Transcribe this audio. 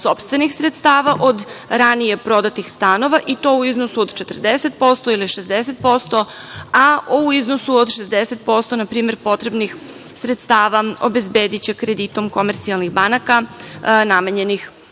sopstvenih sredstava od ranije prodatih stanova i to u iznosu od 40% ili 60%, a u iznosu od 60% npr. potrebnih sredstava obezbediće kreditom komercijalnih banaka namenjenih